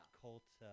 cult –